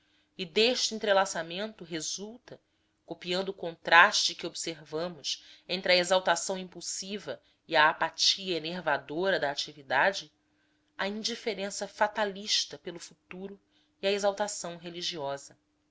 e deste entrelaçamento resulta copiando o contraste que observamos entre a exaltação impulsiva e a apatia enervadora da atividade a indiferença fatalista pelo futuro e a exaltação religiosa